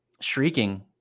shrieking